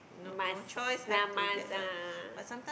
must lah must ah